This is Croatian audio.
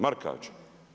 Markača?